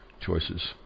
choices